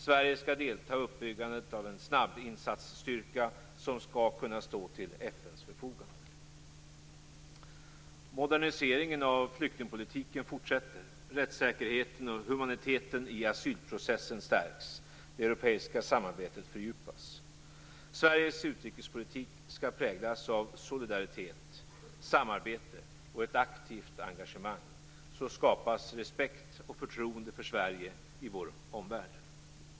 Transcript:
Sverige skall delta i uppbyggandet av en snabbinsatsstyrka som skall kunna stå till FN:s förfogande. Moderniseringen av flyktingpolitiken fortsätter. Rättssäkerheten och humaniteten i asylprocessen stärks. Det europeiska samarbetet fördjupas. Sveriges utrikespolitik skall präglas av solidaritet, samarbete och ett aktivt engagemang. Så skapas respekt och förtroende för Sverige i vår omvärld.